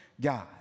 God